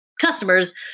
customers